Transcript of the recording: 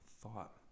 thought